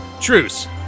Truce